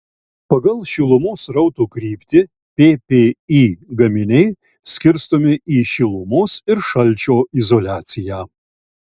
pagal šilumos srauto kryptį ppi gaminiai skirstomi į šilumos ir šalčio izoliaciją